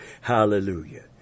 Hallelujah